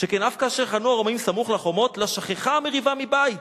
"שכן אף כאשר חנו הרומאים סמוך לחומות לא שככה המריבה מבית,